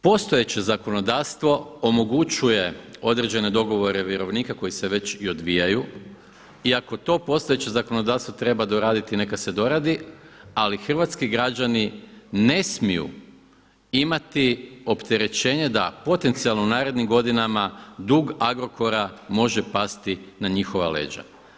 Postojeće zakonodavstvo omogućuje određene dogovore vjerovnika koji se već i odvijaju i ako to postojeće zakonodavstvo treba doraditi neka se doradi, ali hrvatski građani ne smiju imati opterećenje da potencijalno u narednim godinama dug Agrokora može pasti na njihova leđa.